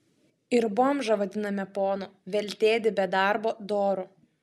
ir bomžą vadiname ponu veltėdį be darbo doru